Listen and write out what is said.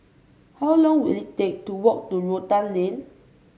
how long will it take to walk to Rotan Lane